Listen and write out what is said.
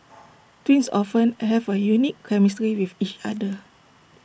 twins often have A unique chemistry with each other